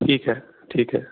ਠੀਕ ਹੈ ਠੀਕ ਹੈ